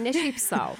ne šiaip sau